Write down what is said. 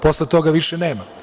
Posle toga više nema.